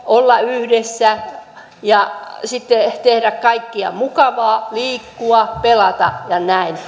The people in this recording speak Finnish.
olla yhdessä ja sitten tehdä kaikkea mukavaa liikkua pelata ja näin